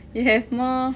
you have more